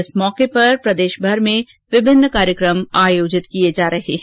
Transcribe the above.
इस अवसर पर प्रदेशभर में विभिन्न कार्यक्रम आयोजित किये जा रहे है